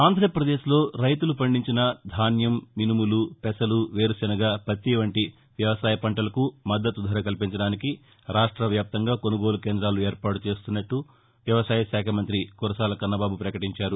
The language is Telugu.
ఆంధ్రాప్రదేశ్లో రైతులు పండించిన ధాన్యం మినుములు పెసలు వేరుశెనగ పత్తి వంటి వ్యవసాయ పంటలకు మద్దతు ధర కల్పించడానికి రాష్ట్ర వ్యాప్తంగా కొనుగోలు కేంద్రాలు ఏర్పాటు చేస్తున్నట్లు వ్యవసాయ శాఖ మంతి కురసాల కన్నబాబు పకటించారు